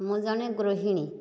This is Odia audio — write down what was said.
ମୁଁ ଜଣେ ଗୃହିଣୀ